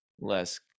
less